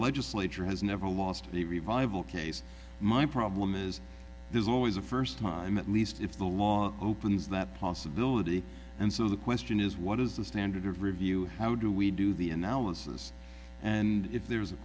legislature has never lost the revival case my problem is there's always a first time at least if the law opens that possibility and so the question is what is the standard of review we do the analysis and if there